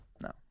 No